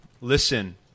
listen